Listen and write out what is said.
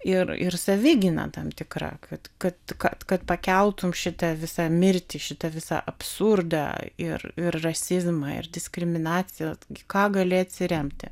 ir ir savigyna tam tikra kad kad kad kad pakeltumei šitą visą mirtį šitą visą absurdą ir ir rasizmą ir diskriminacijas ką gali atsiremti